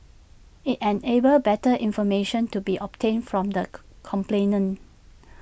IT enables better information to be obtained from the complainant